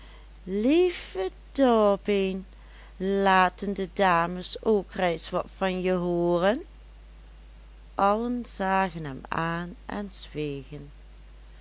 lieve dorbeen laten de dames ook reis wat van je hooren allen zagen hem aan en zwegen